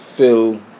Phil